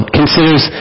considers